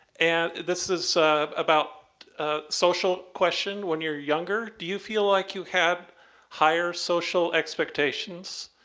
and this is about social question, when you are younger, do you feel like you had higher social expectations?